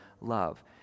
love